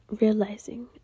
realizing